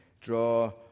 draw